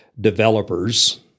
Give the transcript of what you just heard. developers